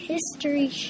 History